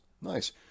nice